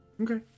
okay